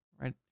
right